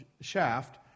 shaft